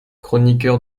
chroniqueur